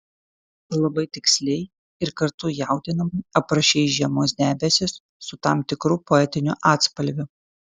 labai tiksliai ir kartu jaudinamai aprašei žiemos debesis su tam tikru poetiniu atspalviu